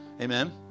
Amen